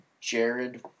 Jared